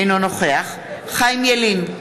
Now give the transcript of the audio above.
אינו נוכח חיים ילין,